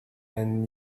and